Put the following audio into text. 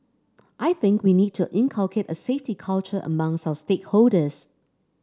I think we need to inculcate a safety culture amongst our stakeholders